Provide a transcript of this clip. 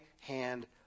hand